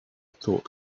thought